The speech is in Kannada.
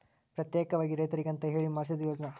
ಪ್ರತ್ಯೇಕವಾಗಿ ರೈತರಿಗಂತ ಹೇಳಿ ಮಾಡ್ಸಿದ ಯೋಜ್ನಾ